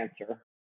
answer